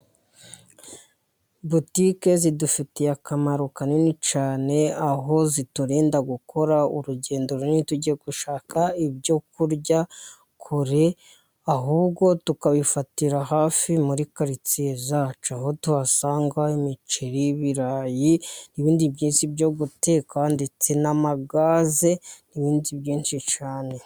Botike zidufitiye akamaro kanini cyane aho ziturinda gukora urugendo runini tujyye gushaka ibyo kurya kure, ahubwo tukabifatira hafi muri karitsiye zacu, aho tuhasanga imiceri, ibirayi n'ibindi byinshi byo guteka ndetse n'amagaze n'ibindi byinshi cyane.